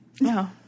no